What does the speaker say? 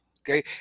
okay